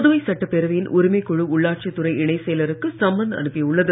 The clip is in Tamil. புதுவை சட்டப்பேரவையின் உரிமைக்குழு உள்ளாட்சித்துறை இணைச் செயலருக்கு சம்மன் அனுப்பியுள்ளது